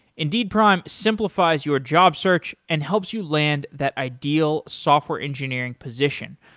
indeed prime simplifies your job search and helps you land that ideal software engineering position,